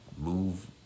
move